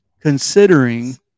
considering